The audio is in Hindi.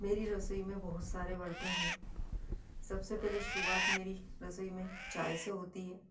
मेरी रसोई में बहुत सारे बर्तन हैं सबसे पहले शुरुआत मेरी रसोई में चाय से होती है